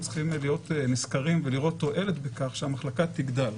צריכים להיות נשכרים ולראות תועלת בכך שהמחלקה תגדל.